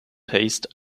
paced